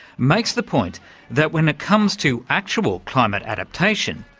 makes the point that when it comes to actual climate adaptation,